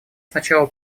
сначала